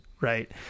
Right